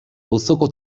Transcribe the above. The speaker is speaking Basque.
auzoko